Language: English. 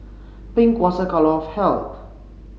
pink was a colour of health